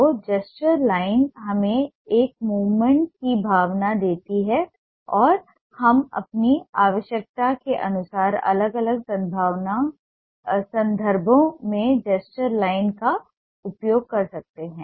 तो gesture line हमें एक मूवमेंट की भावना देती है और हम अपनी आवश्यकता के अनुसार अलग अलग संदर्भों में जेस्चर लाइन का उपयोग करते हैं